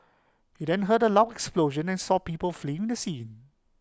he then heard A loud explosion and saw people fleeing the scene